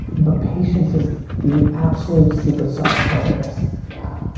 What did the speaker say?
but patience is the absolute secret sauce to all this. yeah.